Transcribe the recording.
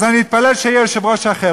אז אני אתפלל שיהיה יושב-ראש אחר.